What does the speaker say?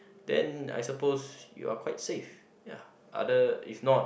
then I suppose you're quite safe ya other if not